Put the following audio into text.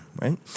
right